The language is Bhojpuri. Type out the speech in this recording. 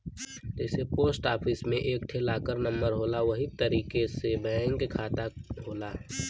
जइसे पोस्ट आफिस मे एक ठे लाकर नम्बर होला वही तरीके से बैंक के खाता होला